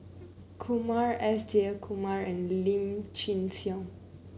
Kumar S Jayakumar and Lim Chin Siong